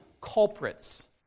culprits